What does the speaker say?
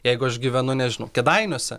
jeigu aš gyvenu nežinau kėdainiuose